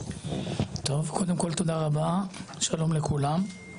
קודם כל, תודה רבה, שלום לכולם.